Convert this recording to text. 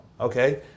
okay